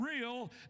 real